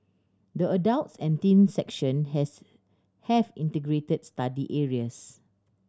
the adults and teens section has have integrated study areas